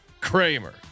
Kramer